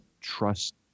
trust